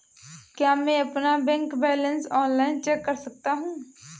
क्या मैं अपना बैंक बैलेंस ऑनलाइन चेक कर सकता हूँ?